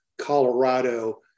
Colorado